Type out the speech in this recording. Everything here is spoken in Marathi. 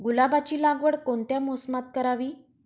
गुलाबाची लागवड कोणत्या मोसमात करावी?